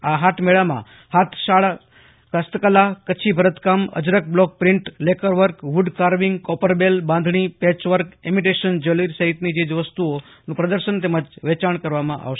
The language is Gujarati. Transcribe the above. આ હાટ મેળામાં હાથશાળા હસ્તકલા કચ્છી ભરતકામ અજરખ block print lacquer work wood carving copper bell બાંધણી પેચવર્ક ઈમીટેશન જવેલીરી સહિતની ચીજવસ્તુઓ પ્રદર્શન કમ વેચાણમાં રખાશે